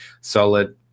solid